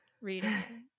reading